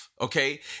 Okay